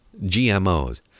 GMOs